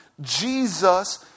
jesus